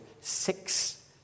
six